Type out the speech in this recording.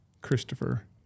Christopher